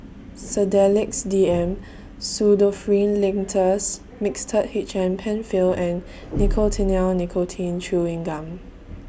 Sedilix D M Pseudoephrine Linctus Mixtard H M PenFill and Nicotinell Nicotine Chewing Gum